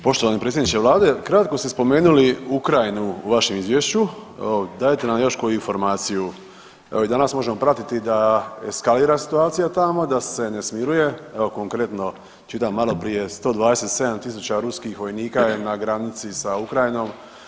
Poštovani predsjedniče Vlade, kratko ste spomenuli Ukrajinu u vašem Izvješću, evo, dajte nam još koju informaciju, evo, i danas možemo pratiti da eskalira situacija tamo, da se ne smiruje, evo, konkretno, čitam maloprije 127 tisuća ruskih vojnika je na granici sa Ukrajinom.